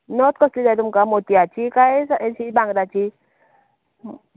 नथ कसली जाय तुमकां मोतियाची काय हेची भांगराची